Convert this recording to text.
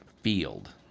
field